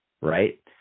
Right